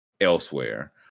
Elsewhere